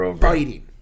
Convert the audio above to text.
fighting